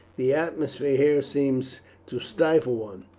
the atmosphere here seems to stifle one.